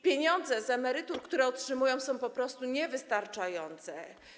Pieniądze z emerytur, które otrzymują, są po prostu niewystarczające.